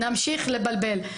נמשיך לבלבל.